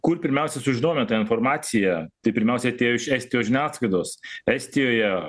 kur pirmiausia sužinojome tą informaciją tai pirmiausia atėjo iš estijos žiniasklaidos estijoje